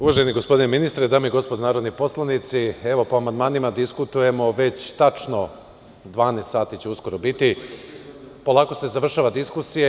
Uvaženi gospodine ministre, dame i gospodo narodni poslanici, evo po amandmanima diskutujemo već tačno 12 sati će uskoro biti i polako se završava diskusija.